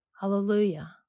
Hallelujah